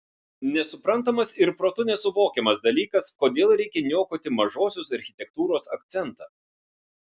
nesuprantamas ir protu nesuvokiamas dalykas kodėl reikia niokoti mažosios architektūros akcentą